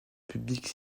publique